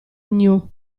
gnu